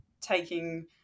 taking